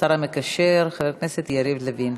השר המקשר חבר הכנסת יריב לוין.